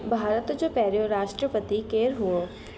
भारत जो पहिरियों राष्ट्रपति केरु हुओ